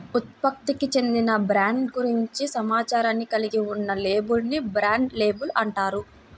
ఉత్పత్తికి చెందిన బ్రాండ్ గురించి సమాచారాన్ని కలిగి ఉన్న లేబుల్ ని బ్రాండ్ లేబుల్ అంటారు